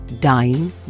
dying